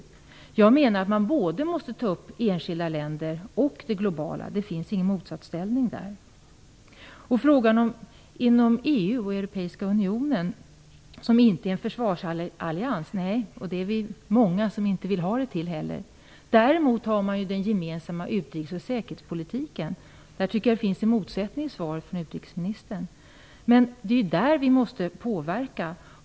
Jag menar att man måste ta upp både enskilda länder och det globala. Det finns ingen motsatsställning där. Vidare gäller det EU, den europeiska unionen, som inte är en försvarsallians Nej. Vi är många som inte heller vill ha det så. Däremot har man en gemensam utrikes och säkerhetspolitik. Där tycker jag att det finns en motsättning i utrikesministerns svar. Men det är ju där vi måste påverka.